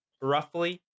Roughly